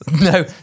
No